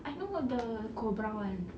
I know of the cobra one